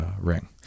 ring